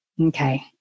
okay